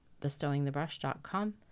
bestowingthebrush.com